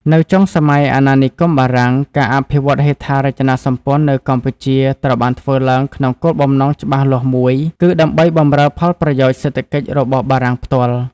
នៅចុងសម័យអាណានិគមបារាំង ការអភិវឌ្ឍន៍ហេដ្ឋារចនាសម្ព័ន្ធនៅកម្ពុជាត្រូវបានធ្វើឡើងក្នុងគោលបំណងច្បាស់លាស់មួយ គឺដើម្បីបម្រើផលប្រយោជន៍សេដ្ឋកិច្ចរបស់បារាំងផ្ទាល់។